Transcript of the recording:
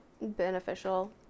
beneficial